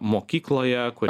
mokykloje kur